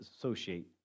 associate